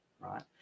right